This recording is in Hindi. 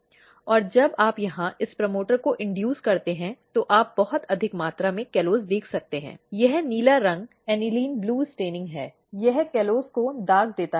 और जब आप यहां इस प्रमोटर को इन्दुस करते हैं तो आप बहुत अधिक मात्रा में कॉलोज़ देख सकते हैं यह नीला रंग एनीलाइन ब्लू स्टैनिंग है यह कॉलोज़ को दाग देता है